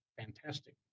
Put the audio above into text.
fantastic